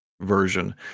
version